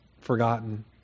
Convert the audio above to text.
forgotten